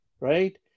Right